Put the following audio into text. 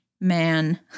man